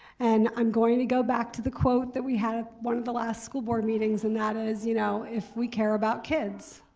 and i'm going to go back to the quote that we had at one of the last school board meetings, and that is you know if we care about kids,